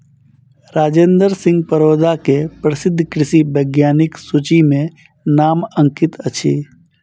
राजेंद्र सिंह परोदा के प्रसिद्ध कृषि वैज्ञानिकक सूचि में नाम अंकित अछि